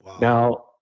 Now